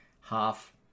half